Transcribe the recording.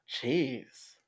Jeez